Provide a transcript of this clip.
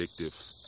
addictive